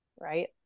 Right